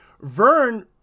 Vern